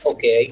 Okay